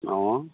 অঁ